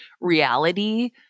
reality